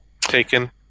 taken